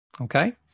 Okay